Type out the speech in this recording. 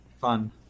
fun